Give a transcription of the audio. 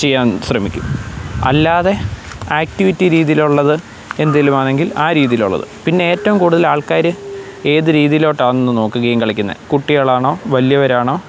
ചെയ്യാൻ ശ്രമിക്കും അല്ലാതെ ആക്ടിവിറ്റി രീതിയിലുള്ളത് എന്തെങ്കിലും ആണെങ്കിൽ ആ രീതിയിലുള്ളത് പിന്നെ ഏറ്റവും കൂടുതൽ ആൾക്കാർ ഏത് രീതിയിലോട്ട് ആണെന്ന് നോക്കും ഗെയിം കളിക്കുന്നത് കുട്ടികളാണോ വലിയവരാണോ